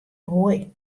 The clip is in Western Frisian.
moai